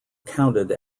counted